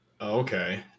Okay